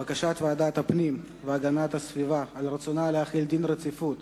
הודעת ועדת הפנים והגנת הסביבה על רצונה להחיל דין רציפות